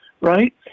right